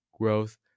Growth